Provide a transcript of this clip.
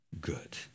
good